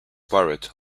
pirate